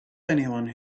anyone